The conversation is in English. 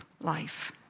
life